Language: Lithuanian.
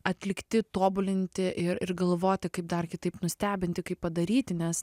atlikti tobulinti ir galvoti kaip dar kitaip nustebinti kaip padaryti nes